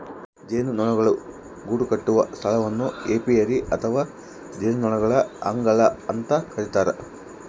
ಜೇನುನೊಣಗಳು ಗೂಡುಕಟ್ಟುವ ಸ್ಥಳವನ್ನು ಏಪಿಯರಿ ಅಥವಾ ಜೇನುನೊಣಗಳ ಅಂಗಳ ಅಂತ ಕರಿತಾರ